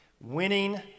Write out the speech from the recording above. winning